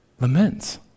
Laments